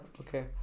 Okay